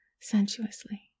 sensuously